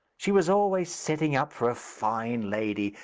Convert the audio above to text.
she was always setting up for a fine lady.